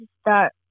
start